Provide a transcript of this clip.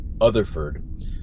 Otherford